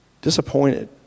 disappointed